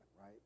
right